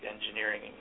engineering